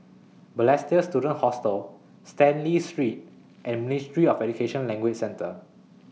Balestier Student Hostel Stanley Street and Ministry of Education Language Centre